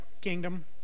kingdom